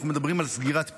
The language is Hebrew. אנחנו מדברים על סגירת פערים,